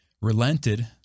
relented